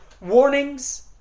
warnings